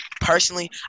personally